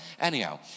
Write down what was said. Anyhow